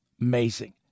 amazing